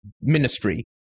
ministry